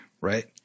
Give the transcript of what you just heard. right